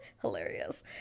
Hilarious